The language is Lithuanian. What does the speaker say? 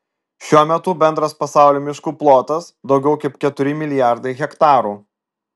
šiuo metu bendras pasaulio miškų plotas daugiau kaip keturi milijardai hektarų